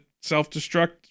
self-destruct